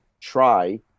try